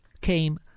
came